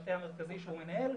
במטה המרכזי שהוא מנהל.